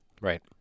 Right